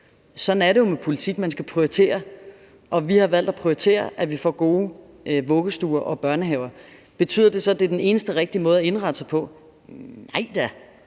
Sådan er det jo med politik. Man skal prioritere, og vi har valgt at prioritere, at vi får gode vuggestuer og børnehaver. Betyder det så, at det er den eneste rigtige måde at indrette sig på? Nej da,